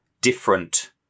different